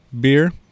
beer